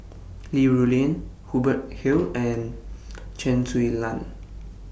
Li Rulin Hubert Hill and Chen Su Lan